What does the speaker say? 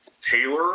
Taylor